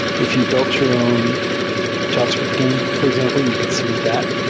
if you built your own javascript game, for example, you could submit that.